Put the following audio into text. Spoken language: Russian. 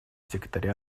секретаря